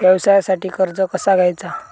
व्यवसायासाठी कर्ज कसा घ्यायचा?